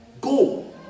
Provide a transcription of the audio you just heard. go